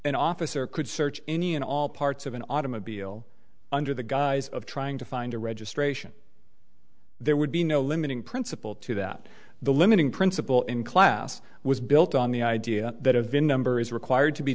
an officer could search any and all parts of an automobile under the guise of trying to find a registration there would be no limiting principle to that the limiting principle in class was built on the idea that a vin number is required to be